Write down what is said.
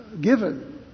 given